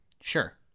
Sure